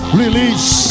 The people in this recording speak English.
release